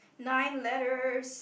nine letters